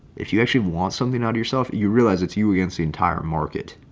if you actually want something out of yourself, you realize it's you against the entire market,